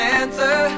answer